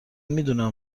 میدونم